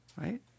Right